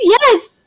yes